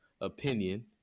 opinion